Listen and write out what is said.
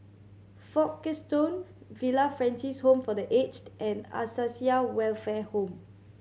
Folkestone Villa Francis Home for The Aged and Acacia Welfare Home